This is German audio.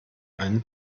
einen